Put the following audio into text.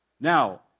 Now